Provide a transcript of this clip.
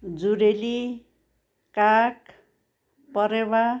जुरेली काग परेवा